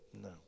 no